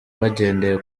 bagendeye